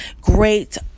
great